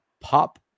Pop